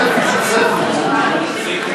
בשעת לילה מאוחרת הביא רוח חיים למליאה.